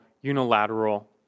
unilateral